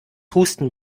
husten